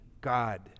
God